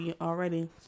already